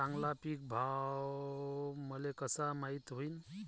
चांगला पीक भाव मले कसा माइत होईन?